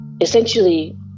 essentially